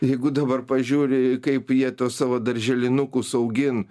jeigu dabar pažiūri kaip jie tuos savo darželinukus augin